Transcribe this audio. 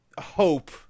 hope